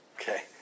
Okay